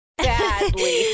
Badly